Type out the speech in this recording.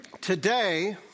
Today